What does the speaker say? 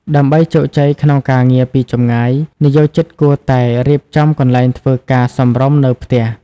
ដើម្បីជោគជ័យក្នុងការងារពីចម្ងាយ និយោជិតគួរតែ រៀបចំកន្លែងធ្វើការសមរម្យ នៅផ្ទះ។